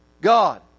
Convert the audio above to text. God